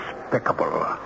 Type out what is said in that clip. despicable